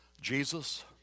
Jesus